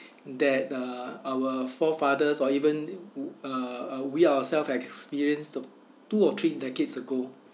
that uh our forefathers or even uh uh we ourselves experience two or three decades ago